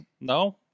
No